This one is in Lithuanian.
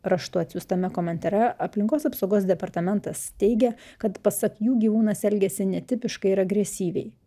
raštu atsiųstame komentare aplinkos apsaugos departamentas teigia kad pasak jų gyvūnas elgiasi netipiškai ir agresyviai